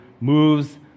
moves